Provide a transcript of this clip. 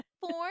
Four